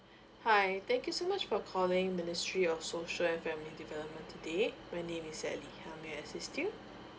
hi thank you so much for calling ministry of social and family development today my name is elly how may I assist you